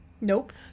Nope